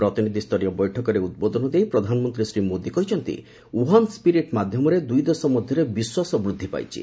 ପ୍ରତିନିଧିସ୍ତରୀୟ ବୈଠକରେ ଉଦ୍ବୋଧନ ଦେଇ ପ୍ରଧାନମନ୍ତ୍ରୀ ଶ୍ରୀ ମୋଦି କହିଛନ୍ତି ଉହାନ୍ ସ୍ୱିରିଟ୍ ମାଧ୍ୟମରେ ଦୁଇଦେଶ ମଧ୍ୟରେ ବିଶ୍ୱାସ ବୃଦ୍ଧି ପାଇଛି